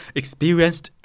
experienced